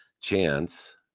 chance